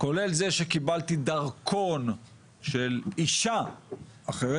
כולל זה שקיבלתי דרכון של אישה אחרת,